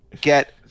get